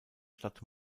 stadt